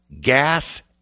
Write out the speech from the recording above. gas